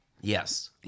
Yes